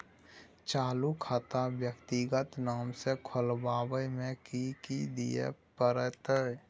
चालू खाता व्यक्तिगत नाम से खुलवाबै में कि की दिये परतै?